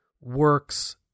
works